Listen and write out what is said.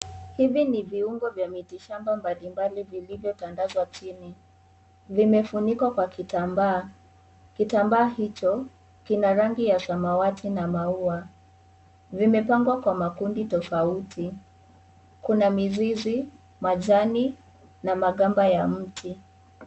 Hivi ni viungo vya mitishamba mbali mbali vilivyotandikwa chini. Vimefunikwa kwa kitambaa. Kitambaa hicho kina rangi ya samawati na maua. Vimepangwa kwa makundi tofauti. Kuna mizizi, majani na magamba ya mti.